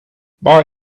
bye